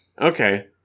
Okay